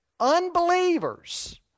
Unbelievers